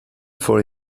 for